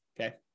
Okay